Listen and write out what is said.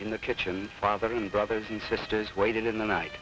in the kitchen father and brothers and sisters waited in the night